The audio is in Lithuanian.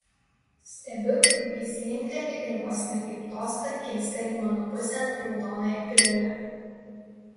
stebiu kaip jis linkteli ir vos ne kaip tostą kilsteli mano pusėn raudonąją piliulę